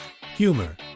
humor